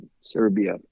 Serbia